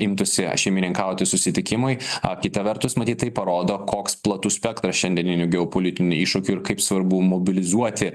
imtųsi šeimininkauti susitikimui a kita vertus matyt tai parodo koks platus spektras šiandieninių geopolitinių iššūkių ir kaip svarbu mobilizuoti